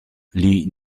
lee